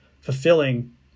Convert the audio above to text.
fulfilling